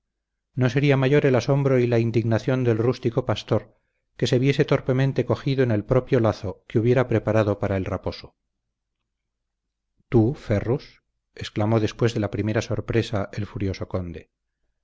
no sería mayor el asombro y la indignación del rústico pastor que se viese torpemente cogido en el propio lazo que hubiera preparado para el raposo tú ferrus exclamó después de la primera sorpresa el furioso conde